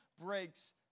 breaks